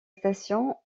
station